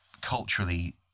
culturally